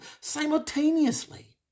simultaneously